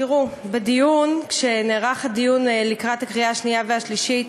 תראו, כשנערך דיון לקראת הקריאה השנייה והשלישית,